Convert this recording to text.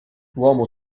uomo